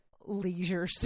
leisure